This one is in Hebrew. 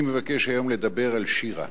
אני מבקש היום לדבר על שירה,